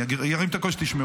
אני ארים את הקול כדי שתשמעו.